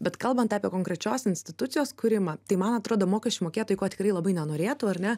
bet kalbant apie konkrečios institucijos kūrimą tai man atrodo mokesčių mokėtojų tikrai labai nenorėtų ar ne